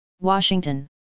Washington